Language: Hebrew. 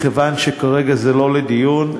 מכיוון שכרגע זה לא לדיון,